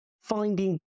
finding